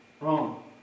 Wrong